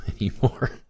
anymore